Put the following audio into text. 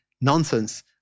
nonsense